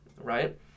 right